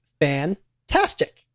fantastic